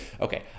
Okay